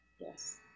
Yes